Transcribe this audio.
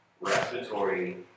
respiratory